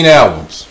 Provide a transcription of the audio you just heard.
albums